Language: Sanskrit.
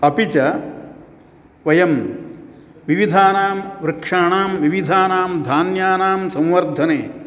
अपि च वयं विविधानां वृक्षाणां विविधानां धान्यानां संवर्धने